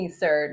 sir